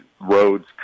roads